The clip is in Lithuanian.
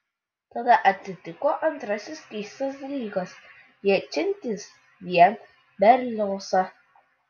tada atsitiko antrasis keistas dalykas liečiantis vien berliozą